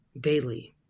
daily